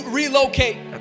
relocate